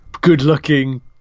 good-looking